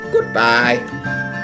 Goodbye